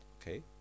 Okay